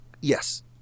Yes